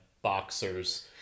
boxers